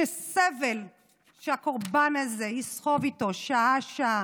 הסבל שהקורבן הזה יסחוב איתו שעה-שעה,